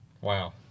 Wow